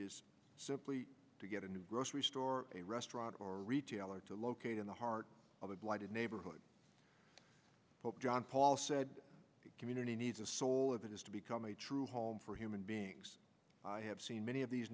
is simply to get a new grocery store a restaurant or a retailer to locate in the heart of the blighted neighborhood pope john paul said the community needs a soul of it is to become a true home for human beings i have seen many of these